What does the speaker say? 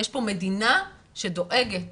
יש פה מדינה שדואגת